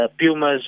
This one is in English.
Pumas